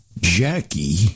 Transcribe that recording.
Jackie